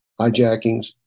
hijackings